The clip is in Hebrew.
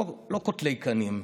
לא קוטלי קנים.